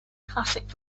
classic